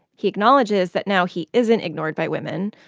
he acknowledges that now he isn't ignored by women,